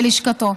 בלשכתו.